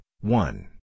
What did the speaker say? one